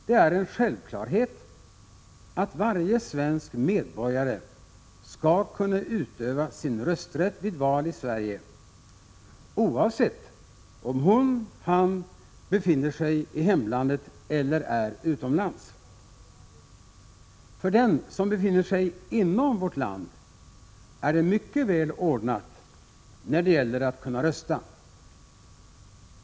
Det är en självklarhet att varje svensk medborgare skall kunna utöva sin rösträtt vid val i Sverige, oavsett om hon eller han befinner sig i hemlandet eller är utomlands. För den som befinner sig inom vårt land är det mycket väl ordnat när det gäller att kunna rösta.